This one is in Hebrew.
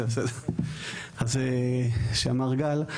סליחה, שאמר גל,